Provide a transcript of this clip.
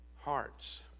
hearts